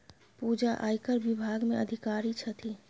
पूजा आयकर विभाग मे अधिकारी छथि